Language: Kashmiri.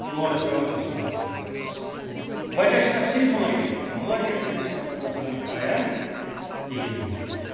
لونَس پٮ۪وان قسطہٕ بَرُن آز اَسہِ وجہ چھُ تَتھ صرف مارکیٹ ییٚتہِ مارکیٹ چھُنہٕ اَسہِ پَتہٕ حظ آسان اَتھ تیار کِہیٖنۍ بٔتھِ حظ